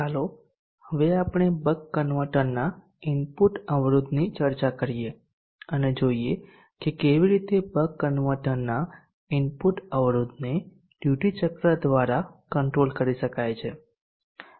ચાલો હવે આપણે બક કન્વર્ટરના ઇનપુટ અવરોધની ચર્ચા કરીએ અને જોઈએ કે કેવી રીતે બક કન્વર્ટરના ઇનપુટ અવરોધને ડ્યુટી ચક્ર દ્વારા કંટ્રોલ કરી શકાય છે